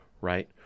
right